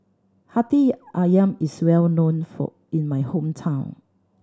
Hati Ayam is well known in my hometown